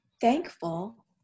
thankful